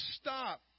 stop